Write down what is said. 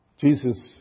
Jesus